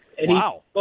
Wow